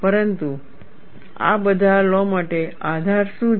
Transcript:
પરંતુ આ બધા લૉ માટે આધાર શું છે